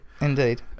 indeed